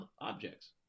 objects